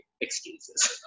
excuses